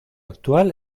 actual